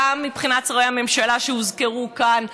גם מבחינת שרי הממשלה שהוזכרו כאן,